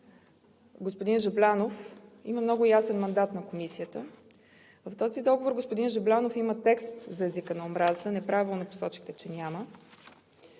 господин Жаблянов, има много ясен мандат на Комисията. В този договор, господин Жаблянов, има текст за езика на омразата, и то много ясен. Неправилно посочихте, че няма.